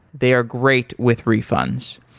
they are great with refunds.